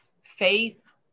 faith